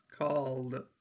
called